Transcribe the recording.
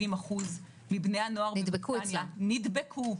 70% מבני הנוער נדבקו.